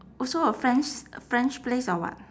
also a french french place or what